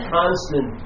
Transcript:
constant